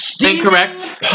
Incorrect